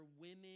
women